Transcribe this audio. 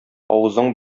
авызың